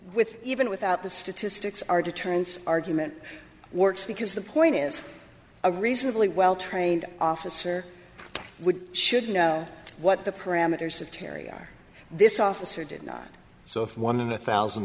with even without the statistics our deterrence argument works because the point is a reasonably well trained officer would should know what the parameters of terry are this officer did not so if one in a thousand